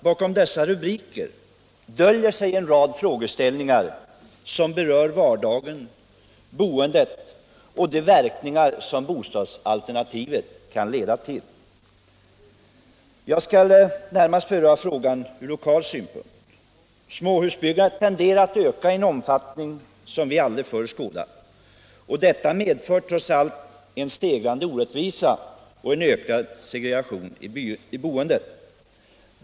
Bakom denna rubrik döljer sig en rad frågeställningar som berör vardagen, boendet och de verkningar som bostadsalternativet kan leda till. Jag skall närmast ta upp frågan från lokal synpunkt. Småhusbyggandet tenderar att öka i en omfattning som vi aldrig förr skådat, och detta medför trots allt en växande orättvisa och en ökning av segregationen i boendet.